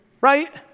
right